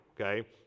Okay